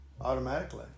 Automatically